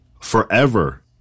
forever